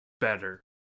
better